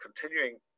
continuing